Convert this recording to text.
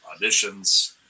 auditions